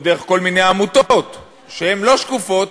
או דרך כל מיני עמותות שהן לא שקופות,